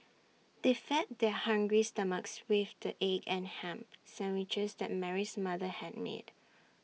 they fed their hungry stomachs with the egg and Ham Sandwiches that Mary's mother had made